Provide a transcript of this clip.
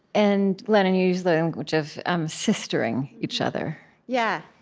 and glennon, you use the language of sistering each other yeah